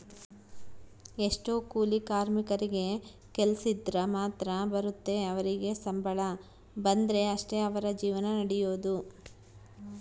ಎಷ್ಟೊ ಕೂಲಿ ಕಾರ್ಮಿಕರಿಗೆ ಕೆಲ್ಸಿದ್ರ ಮಾತ್ರ ಬರುತ್ತೆ ಅವರಿಗೆ ಸಂಬಳ ಬಂದ್ರೆ ಅಷ್ಟೇ ಅವರ ಜೀವನ ನಡಿಯೊದು